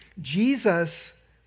Jesus